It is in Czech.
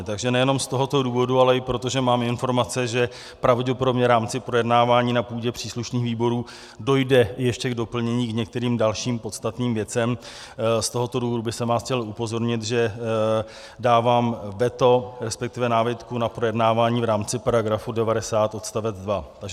Takže nejenom z tohoto důvodu, ale i proto, že mám informace, že pravděpodobně v rámci projednávání na půdě příslušných výborů dojde ještě k doplnění k některým dalším podstatným věcem, z tohoto důvodu bych vás chtěl upozornit, že dávám veto, respektive námitku na projednávání v rámci paragrafu 90 odstavec 2.